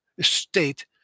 state